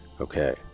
Okay